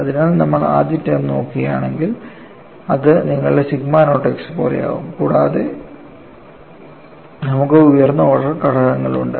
അതിനാൽ നമ്മൾ ആദ്യ ടേം നോക്കുകയാണെങ്കിൽ അത് നിങ്ങളുടെ സിഗ്മ നോട്ട് x പോലെയാകും കൂടാതെ നമുക്ക് ഉയർന്ന ഓർഡർ ഘടകങ്ങളുണ്ട്